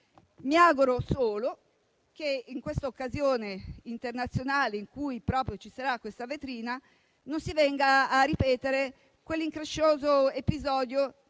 Mi auguro solo che in questa occasione internazionale in cui si svolgerà questa vetrina non si venga a ripetere l'increscioso episodio